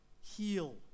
heal